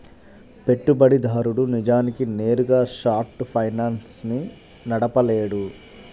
పెట్టుబడిదారుడు నిజానికి నేరుగా షార్ట్ ఫైనాన్స్ ని నడపలేడు